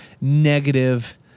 negative